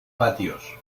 patios